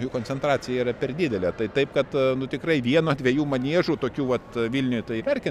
jų koncentracija yra per didelė tai taip kad nu tikrai vieno dviejų maniežų tokių vat vilniuj tai verkiant